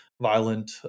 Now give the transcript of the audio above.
violent